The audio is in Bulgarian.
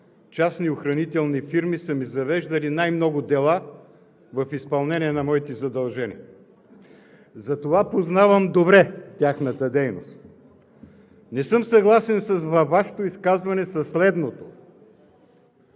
частни охранителни фирми са ми завеждали най-много дела в изпълнение на моите задължения. Затова познавам добре тяхната дейност. Не съм съгласен във Вашето изказване със следното,